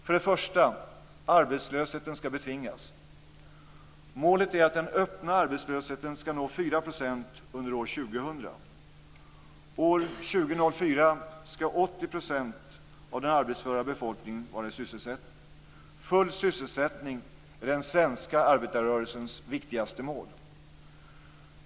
För det första: Arbetslösheten skall betvingas. Målet är att den öppna arbetslösheten skall nå 4 % under år 2000. År 2004 skall 80 % av den arbetsföra befolkningen vara i sysselsättning. Full sysselsättning är den svenska arbetarrörelsens viktigaste mål.